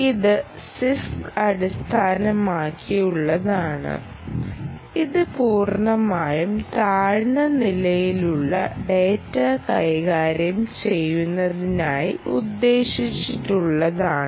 ഇത് സിഐഎസ്സി അടിസ്ഥാനമാക്കിയുള്ളതാണ് ഇത് പൂർണ്ണമായും താഴ്ന്ന നിലയിലുള്ള ഡാറ്റ കൈകാര്യം ചെയ്യുന്നതിനായി ഉദ്ദേശിച്ചിട്ടുള്ളതാണ്